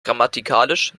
grammatikalisch